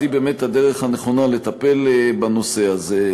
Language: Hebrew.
היא באמת הדרך הנכונה לטפל בנושא הזה.